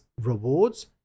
rewards